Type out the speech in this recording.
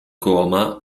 coma